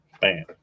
Bam